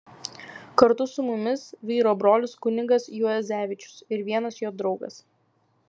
kartu su mumis vyro brolis kunigas juozevičius ir vienas jo draugas